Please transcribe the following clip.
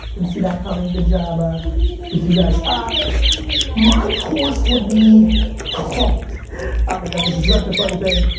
didn't see that coming. good job ah with you guys. ah my course would be called oh my god, this is such a funny thing.